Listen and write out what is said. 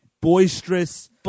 boisterous